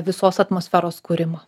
visos atmosferos kūrimo